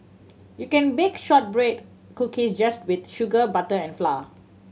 you can bake shortbread cookies just with sugar butter and flour